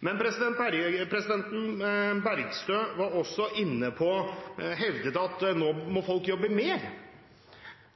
Men representanten Bergstø hevdet også at nå må folk jobbe mer,